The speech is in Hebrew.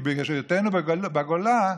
כי בהיותנו בגולה,